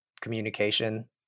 communication